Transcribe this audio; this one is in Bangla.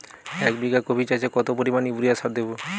এক বিঘা কপি চাষে কত পরিমাণ ইউরিয়া সার দেবো?